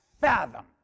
Fathom